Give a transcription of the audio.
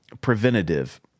preventative